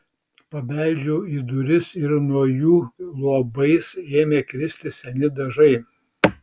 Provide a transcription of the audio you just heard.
pabeldžiau į duris ir nuo jų luobais ėmė kristi seni dažai